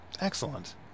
Excellent